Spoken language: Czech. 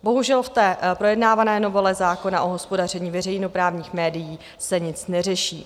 Bohužel, v projednávané novele zákona o hospodaření veřejnoprávních médií se nic neřeší.